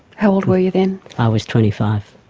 how old were you then? i was twenty five.